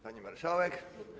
Pani Marszałek!